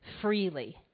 freely